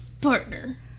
partner